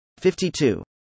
52